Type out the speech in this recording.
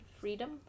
freedom